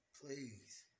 Please